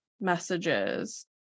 messages